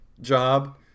job